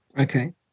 Okay